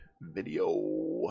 video